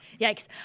Yikes